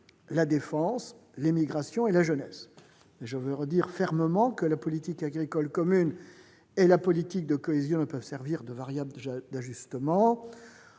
la défense, les migrations et la jeunesse. Mais je veux redire fermement que la politique agricole commune et la politique de cohésion ne peuvent servir de variables d'ajustement.